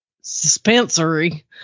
suspensory